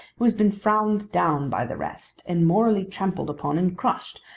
who has been frowned down by the rest, and morally trampled upon and crushed,